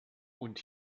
und